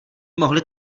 mohli